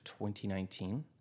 2019